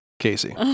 casey